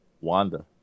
Wanda